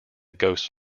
ghost